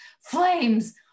Flames